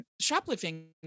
shoplifting